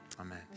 amen